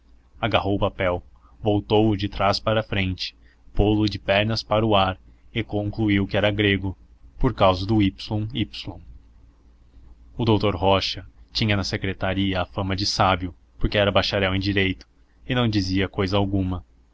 agarrou o papel voltou o de trás para diante pô-lo de pernas para o ar e concluiu que era grego por causa do yy o doutor rocha tinha na secretaria a fama de sábio porque era bacharel em direito e não dizia cousa alguma